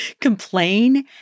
complain